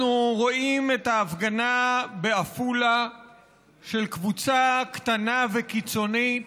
אנחנו רואים את ההפגנה בעפולה של קבוצה קטנה וקיצונית